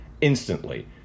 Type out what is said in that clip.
instantly